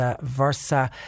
versa